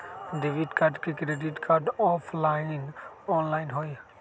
Debit card credit card offline online होई?